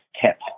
tip